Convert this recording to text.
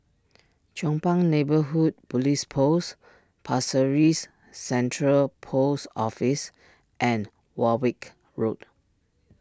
Chong Pang Neighbourhood Police Post Pasir Ris Central Post Office and Warwick Road